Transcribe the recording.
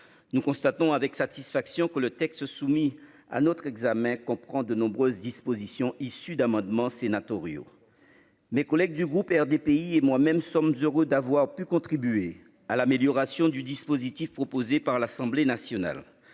Nous constatons avec satisfaction que le texte soumis à notre examen comprend de nombreuses dispositions issues d'amendements sénatoriaux. Mes collègues du groupe RDPI et moi-même sommes heureux d'avoir pu contribuer à l'amélioration du dispositif proposé par l'Assemblée nationale.